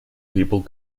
people